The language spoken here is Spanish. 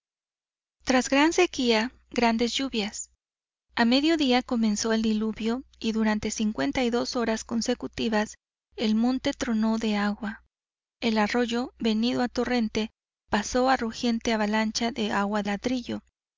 tras gran sequía grandes lluvias a mediodía comenzó el diluvio y durante cincuenta y dos horas consecutivas el monte tronó de agua el arroyo venido a torrente pasó a rugiente avalancha de agua ladrillo